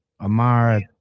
Amara